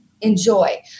enjoy